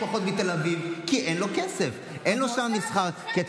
אבל זה רק על שטחי מסחר של המדינה.